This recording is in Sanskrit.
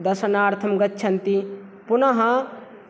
दर्शनार्थं गच्छन्ति पुनः